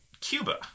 Cuba